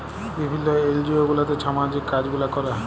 বিভিল্ল্য এলজিও গুলাতে ছামাজিক কাজ গুলা ক্যরে